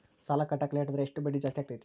ಸಾಲ ಕಟ್ಟಾಕ ಲೇಟಾದರೆ ಎಷ್ಟು ಬಡ್ಡಿ ಜಾಸ್ತಿ ಆಗ್ತೈತಿ?